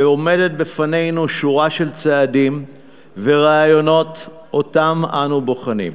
ועומדת בפנינו שורה של צעדים ורעיונות שאנו בוחנים.